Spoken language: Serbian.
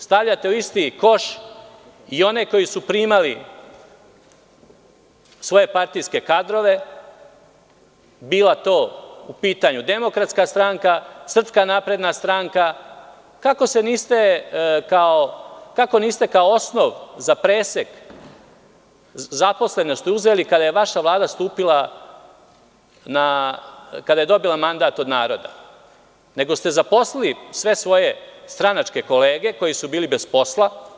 Stavljate u isti koš i one koji su primali svoje partijske kadrove, bila to u pitanju Demokratska stranka, Srpska napredna stranka, kako niste kao osnov za presek zaposlenosti uzeli kada je vaša Vlada dobila mandat od naroda, nego ste zaposlili sve svoje stranačke kolege koji su bili bez posla.